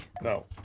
No